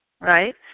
right